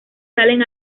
salen